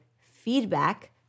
feedback